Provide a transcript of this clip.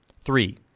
Three